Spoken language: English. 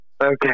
Okay